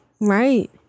Right